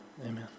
amen